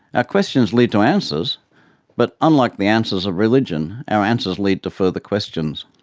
our questions lead to answers but, unlike the answers of religion, our answers lead to further questions.